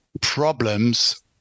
Problems